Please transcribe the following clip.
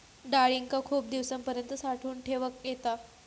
डाळींका खूप दिवसांपर्यंत साठवून ठेवक येता